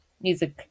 music